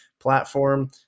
platform